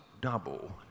double